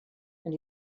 and